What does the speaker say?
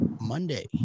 Monday